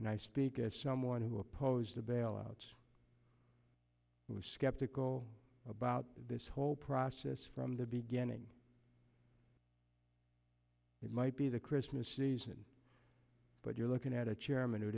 and i speak as someone who opposed the bailout was skeptical about this whole process from the beginning it might be the christmas season but you're looking at a chairman who